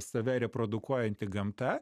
save reprodukuojanti gamta